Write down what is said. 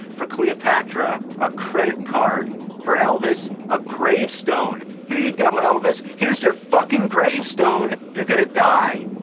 for cleopatrao a credit card! for elvis, a gravestone. here you go, elvis! here's your fucking gravestone! youire gonna die!